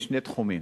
בשני תחומים.